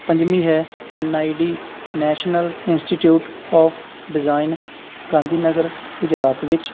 ਪੰਜਵੀਂ ਹੈ N I D National Institute of Design Gandhinagar Gujarat ਵਿੱਚ